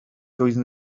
doedden